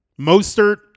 Mostert